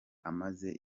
amaze